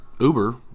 Uber